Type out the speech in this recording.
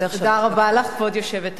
כבוד היושבת-ראש,